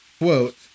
quote